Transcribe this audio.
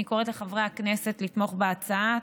אני קוראת לחברי הכנסת לתמוך בהצעה.